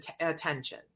attention